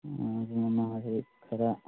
ꯎꯝ ꯃꯥꯁꯤ ꯈꯔ